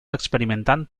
experimentant